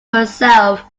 herself